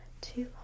two